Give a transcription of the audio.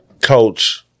coach